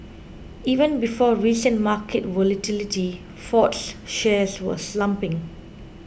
even before recent market volatility Ford's shares were slumping